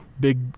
big